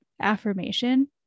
affirmation